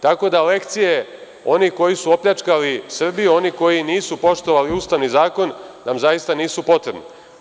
Tako da lekcije onih koji su opljačkali Srbiju, oni koji nisu poštovali Ustavni zakon nam zaista nisu potrebne.